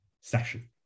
session